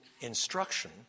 instruction